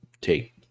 take